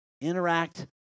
interact